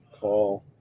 call